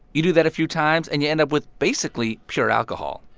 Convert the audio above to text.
you do that a few times, and you end up with basically pure alcohol.